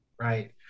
Right